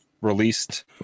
released